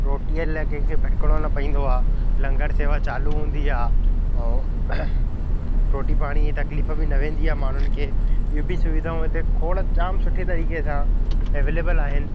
रोटीअ लाइ कंहिंखे भटिकिणो न पवंदो आहे लंगर सेवा चालू हूंदी आहे ऐं रोटी पाणी जी तकलीफ़ बि न वेंदी आहे माण्हूनि खे ॿियूं बि सुविधाऊं हिते खोड़ जाम सुठे तरीक़े सां एवेलेबल आहिनि